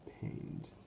pained